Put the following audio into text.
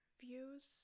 views